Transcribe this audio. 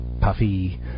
puffy